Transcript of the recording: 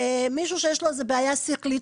מישהו שיש לו איזה בעיה שכלית,